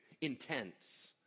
intense